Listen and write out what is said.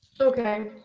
Okay